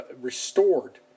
restored